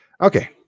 okay